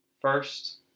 First